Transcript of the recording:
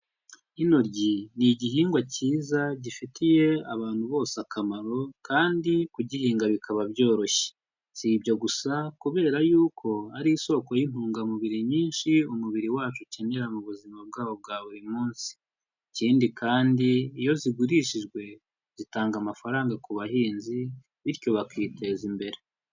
Intoryi, ni igihingwa cyiza gifitiye abantu bose akamaro, kandi kugihinga bikaba byoroshye. Si ibyo gusa kubera yuko ari isoko y'intungamubiri nyinshi umubiri wacu ukenera mu buzima bwabo bwa buri munsi. Ikindi kandi iyo zigurishijwe zitanga amafaranga ku bahinzi, bityo bakiteza imbere.